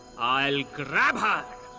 i'll grab her!